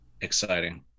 exciting